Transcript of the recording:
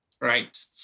right